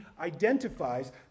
identifies